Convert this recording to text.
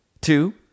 Two